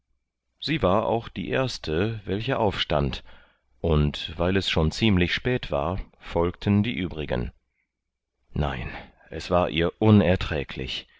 sie war auch die erste welche aufstand und weil es schon ziemlich spät war folgten die übrigen nein es war ihr unerträglich